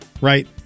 right